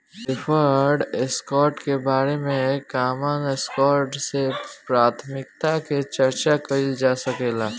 preferred stock के बारे में कॉमन स्टॉक से प्राथमिकता के चार्चा कईल जा सकेला